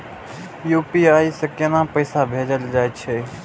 UPI से केना पैसा भेजल जा छे?